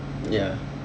ya